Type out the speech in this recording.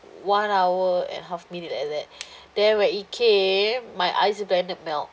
one hour and half minute like that then when it came my ice blended melt